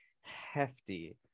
hefty